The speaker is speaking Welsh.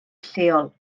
lleol